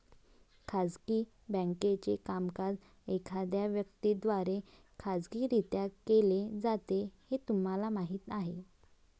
खाजगी बँकेचे कामकाज एखाद्या व्यक्ती द्वारे खाजगीरित्या केले जाते हे तुम्हाला माहीत आहे